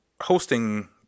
hosting